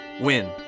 win